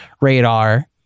radar